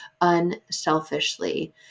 unselfishly